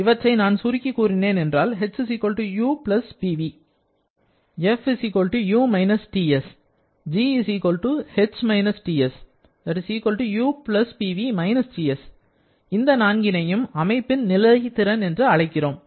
இவற்றை நான் சுருக்கி கூறினேன் என்றால் h u Pv f u − Ts g h − Ts u Pv − Ts இந்த நான்கினையும் அமைப்பின் நிலை திறன் என்று அழைக்கிறோம்